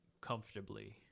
comfortably